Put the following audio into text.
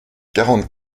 quarante